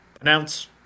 announce